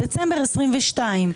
בדצמבר 2022,